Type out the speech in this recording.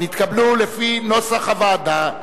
נתקבלו לפי נוסח הוועדה.